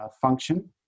function